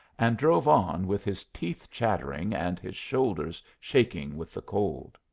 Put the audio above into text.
and drove on with his teeth chattering and his shoulders shaking with the cold.